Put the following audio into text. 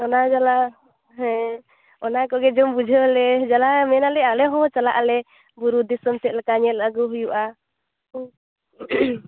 ᱚᱱᱟ ᱡᱟᱞᱟ ᱦᱮᱸ ᱚᱱᱟ ᱠᱚᱜᱮ ᱡᱚᱢ ᱵᱩᱡᱷᱟᱹᱣ ᱞᱮ ᱡᱟᱞᱟ ᱢᱮᱱᱟᱞᱮ ᱦᱚᱸ ᱪᱟᱞᱟᱜ ᱟᱞᱮ ᱵᱩᱨᱩ ᱫᱤᱥᱚᱢ ᱪᱮᱫ ᱞᱮᱠᱟ ᱧᱮᱞ ᱟᱹᱜᱩ ᱦᱩᱭᱩᱜᱼᱟ